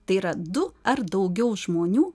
tai yra du ar daugiau žmonių